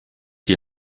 die